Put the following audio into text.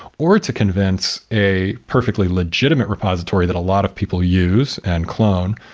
or to convince a perfectly legitimate repository that a lot of people use and clone,